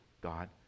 God